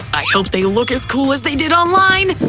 i hope they look as cool as they did online!